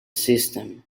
system